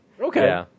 Okay